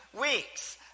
weeks